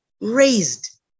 raised